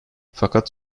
fakat